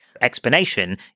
explanation